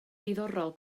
diddorol